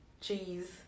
cheese